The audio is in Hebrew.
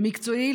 במקצועי,